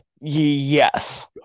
Yes